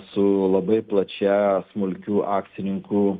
su labai plačia smulkių akcininkų